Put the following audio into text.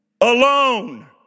alone